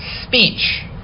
speech